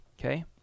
okay